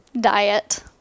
diet